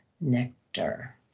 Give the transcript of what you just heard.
nectar